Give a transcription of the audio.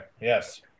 Yes